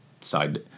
side